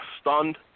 stunned